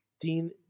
Dean